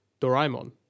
Doraemon